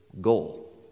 goal